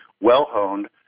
well-honed